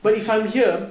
okay